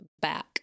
back